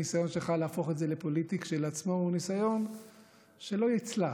הניסיון שלך להפוך את זה לפוליטי כשלעצמו הוא ניסיון שלא יצלח,